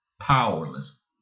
powerless